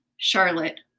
Charlotte